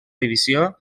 divisió